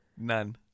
none